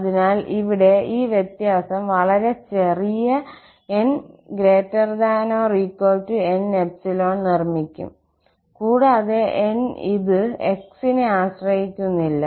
അതിനാൽ ഇവിടെ ഈ വ്യത്യാസം വളരെ ചെറിയ ∀n≥N∈ നിർമ്മിക്കും കൂടാതെ N ഇത് 𝑥 നെ ആശ്രയിക്കുന്നില്ല